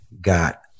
got